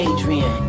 Adrian